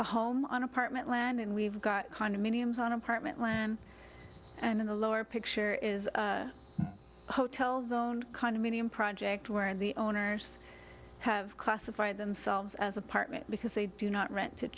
a home on apartment land and we've got condominiums on apartment land and in the lower picture is hotel zone condominium project where the owners have classified themselves as apartment because they do not rent